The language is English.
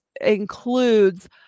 includes